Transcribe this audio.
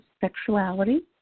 Sexuality